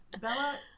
Bella